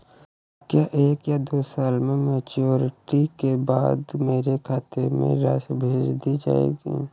क्या एक या दो साल की मैच्योरिटी के बाद मेरे खाते में राशि भेज दी जाएगी?